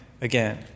again